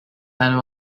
and